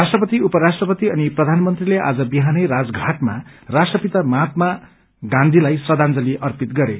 राष्ट्रपत उपराष्ट्रपति अनि प्रधानमंत्रीले आज विहानै राजधाटमा राष्ट्रपिता महात्मा गान्चीलाई श्रदाजंली अर्पित गरे